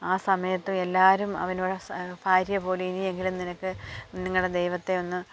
ആ സമയത്തും എല്ലാവരും അവനോട് ഭാര്യ പോയില്ലേ ഇനിയെങ്കിലും നിനക്ക് നിങ്ങളുടെ ദൈവത്തെ ഒന്ന്